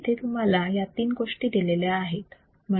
येथे तुम्हाला या तीन गोष्टी दिलेल्या आहेत